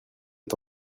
est